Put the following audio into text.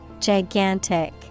Gigantic